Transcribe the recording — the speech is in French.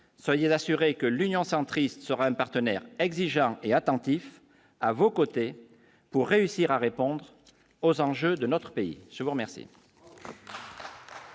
soyez assuré que l'Union centriste sera un partenaire exigeants et attentifs à vos côtés pour réussir à répondre aux enjeux de notre pays, je vous remercie.